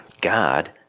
God